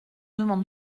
demande